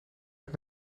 het